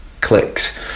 clicks